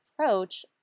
approach